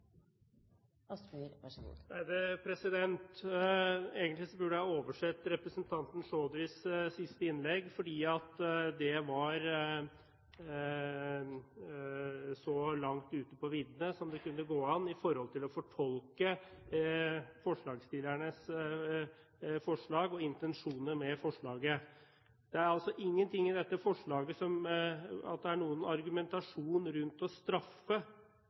det var så langt ute på viddene som det går an i forhold til å fortolke forslagsstillernes forslag og intensjonen med forslaget. Det er ingenting i dette forslaget som er noen argumentasjon for å straffe